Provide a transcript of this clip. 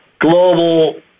Global